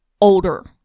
older